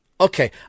Okay